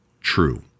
true